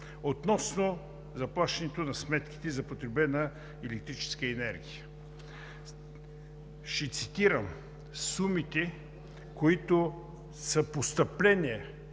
Относно заплащането на сметките за потребена електрическа енергия ще цитирам сумите, които са постъпления